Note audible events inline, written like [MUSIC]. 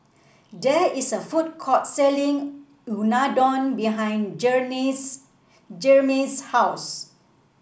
there is a food court selling Unadon behind [UNINTELLIGIBLE] Jermey's house